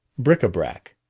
bric-a-brac.